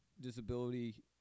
disability